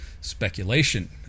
speculation